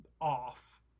off